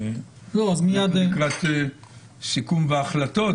מבחינת סיכום והחלטות.